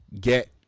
get